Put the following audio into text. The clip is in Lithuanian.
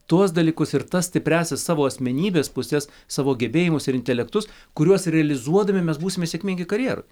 tuos dalykus ir tas stipriąsias savo asmenybės puses savo gebėjimus ir intelektus kuriuos realizuodami mes būsime sėkmingi karjeroj